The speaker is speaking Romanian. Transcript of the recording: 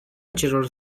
celor